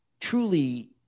truly